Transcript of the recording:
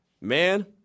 man